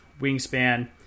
wingspan